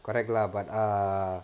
correct lah but err